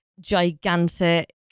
gigantic